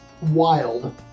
wild